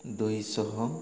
ଦୁଇଶହ